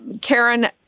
Karen